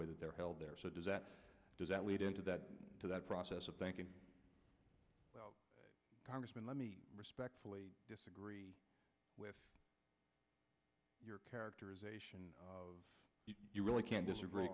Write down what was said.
way that they're held they're so does that does that lead in to that to that process of thinking well congressman let me respectfully disagree with your characterization of you really can't disagree